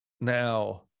now